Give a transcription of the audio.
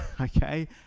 okay